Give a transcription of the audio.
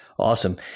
Awesome